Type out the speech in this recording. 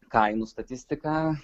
kainų statistika